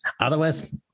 Otherwise